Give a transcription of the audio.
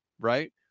right